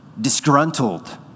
disgruntled